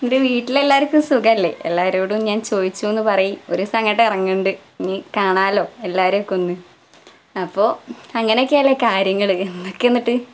നിൻ്റെ വീട്ടിൽ എല്ലാവർക്കും സുഖമല്ലെ എല്ലാവരോടും ഞാൻ ചോദിച്ചിരുന്നു പറി ഒരു ദിവസം അങ്ങോണ്ട് ഇറങ്ങോണ്ട് ഇനി കാണാമല്ലോ എല്ലാവരെ ഒക്കെയൊന്നു അപ്പോൾ അങ്ങനെയൊക്കെയല്ലേ കാര്യങ്ങൾ എന്നൊക്കെ എന്നിട്ട്